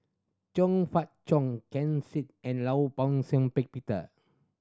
Zhong Fah Cheong Ken Seet and Law Shau Ping Peter